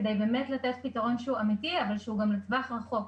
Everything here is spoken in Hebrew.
כדי באמת לתת פתרון אמיתי אבל שהוא גם ל טווח רחוק.